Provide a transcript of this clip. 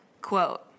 Quote